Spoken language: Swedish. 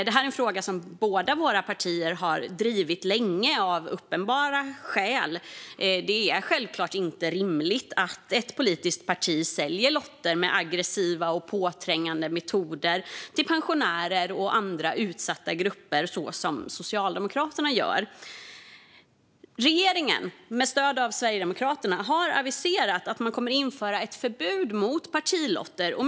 Detta är en fråga som båda våra partier har drivit länge av uppenbara skäl. Det är självklart inte rimligt att ett politiskt parti säljer lotter med aggressiva och påträngande metoder till pensionärer och andra utsatta grupper, som Socialdemokraterna gör. Regeringen har med stöd av Sverigedemokraterna aviserat att man kommer att införa ett förbud mot partilotter.